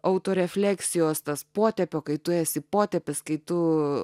autorė refleksijos tas potėpio kai tu esi potėpis kai tu